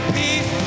peace